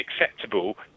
acceptable